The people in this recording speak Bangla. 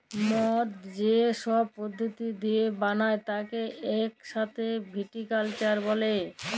মদ যে সব পদ্ধতি দিয়ে বালায় তাকে ইক সাথে ভিটিকালচার ব্যলে